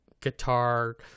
guitar